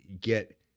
get